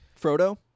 Frodo